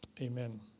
Amen